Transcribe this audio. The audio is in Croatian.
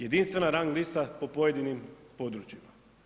Jedinstvena rang lista po pojedinim područjima.